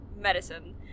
medicine